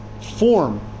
form